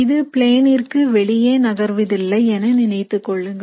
இது பிளேனிர்க்கு வெளியே நகர்வதில்லை என நினைத்துக் கொள்ளுங்கள்